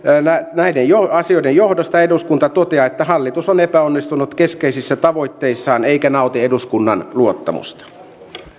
näiden asioiden johdosta eduskunta toteaa että hallitus on epäonnistunut keskeisissä tavoitteissaan eikä nauti eduskunnan luottamusta